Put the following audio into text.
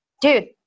dude